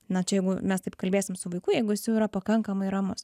na čia jeigu mes taip kalbėsim su vaiku jeigu jis jau yra pakankamai ramus